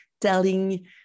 telling